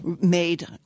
made